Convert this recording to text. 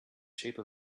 shape